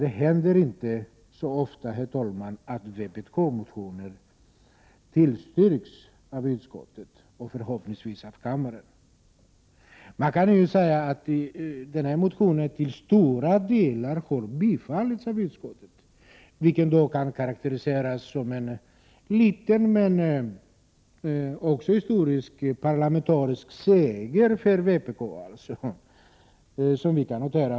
Det händer inte så ofta, herr talman, att vpk-motioner tillstyrks av utskottet och sedan — som förhoppningsvis kommer att ske — bifalls av kammaren. Man kan säga att den här motionen i stora delar har tillstyrkts av utskottet, vilket kan karakteriseras som en liten men dock historisk parlamentarisk seger för vpk.